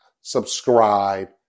subscribe